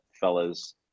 fellas